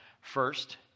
First